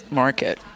market